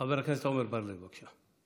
חבר הכנסת עמר בר לב, בבקשה.